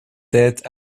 têtes